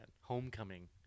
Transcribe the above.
Homecoming